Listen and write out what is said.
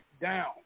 down